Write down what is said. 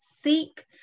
seek